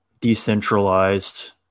decentralized